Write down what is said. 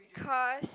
cause